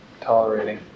Tolerating